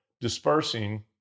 dispersing